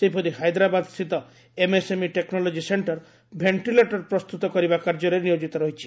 ସେହିପରି ହାଇଦ୍ରାବାଦ୍ ସ୍ଥିତି MSME technology sector ventilator ପ୍ରସ୍ତୁତ କରିବା କାର୍ଯ୍ୟରେ ନିୟୋଜିତ ରହିଛି